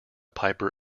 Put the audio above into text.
piper